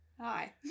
Hi